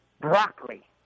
broccoli